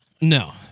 No